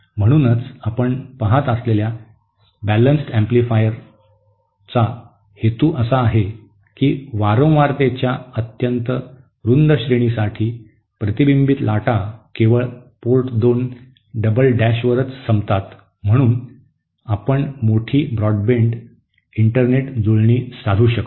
म्हणूनच आपण पाहत असलेल्या संतुलित प्रवर्धकाचा हेतू असा आहे की वारंवारतेच्या अत्यंत रुंद श्रेणीसाठी प्रतिबिंबित लाटा केवळ पोर्ट 2 डबल डॅशवरच संपतात म्हणूनच आपण मोठी ब्रॉड बँड इंटरनेट जुळणी साधू शकतो